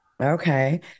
Okay